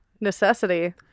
necessity